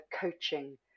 coaching